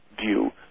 view